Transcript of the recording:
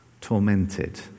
Tormented